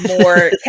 more